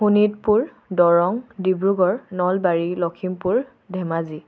Sonitpur Darrang Dibrugarh Nalbari Lakhimpur Dhemaji